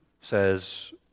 says